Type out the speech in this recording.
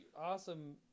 awesome